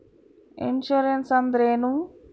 Insurance ಅಂದ್ರೇನು?